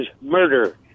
murder